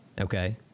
okay